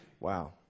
Wow